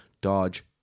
Dodge